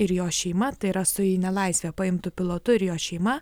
ir jo šeima tai yra su į nelaisvę paimtų pilotu ir jos šeima